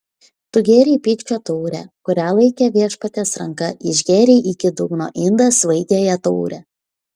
tu gėrei pykčio taurę kurią laikė viešpaties ranka išgėrei iki dugno indą svaigiąją taurę